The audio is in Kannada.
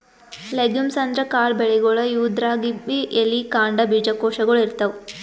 ಲೆಗುಮ್ಸ್ ಅಂದ್ರ ಕಾಳ್ ಬೆಳಿಗೊಳ್, ಇವುದ್ರಾಗ್ಬಿ ಎಲಿ, ಕಾಂಡ, ಬೀಜಕೋಶಗೊಳ್ ಇರ್ತವ್